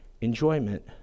enjoyment